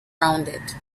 rounded